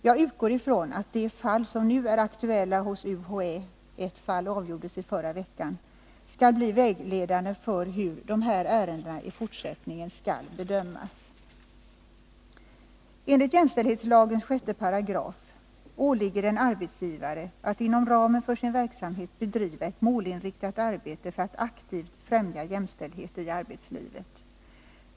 Jag utgår ifrån att de fall som nu är aktuella hos UHÄ - ett fall avgjordes i förra veckan — skall bli vägledande för hur dessa ärenden i fortsättningen skall bedömas. Enligt 6 § jämställdhetslagen åligger det en arbetsgivare att inom ramen för sin verksamhet bedriva ett målinriktat arbete för att aktivt främja jämställdhet i arbetslivet.